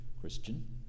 Christian